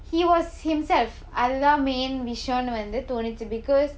he was himself அதுதான்:athuthaan main விஷயம்னு வந்து தோனிச்சு:vishayamnu vanthu thonichu because